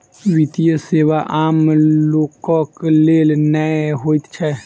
वित्तीय सेवा आम लोकक लेल नै होइत छै